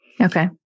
Okay